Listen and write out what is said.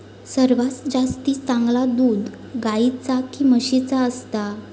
सर्वात जास्ती चांगला दूध गाईचा की म्हशीचा असता?